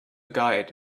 guide